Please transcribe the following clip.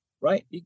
right